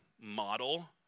model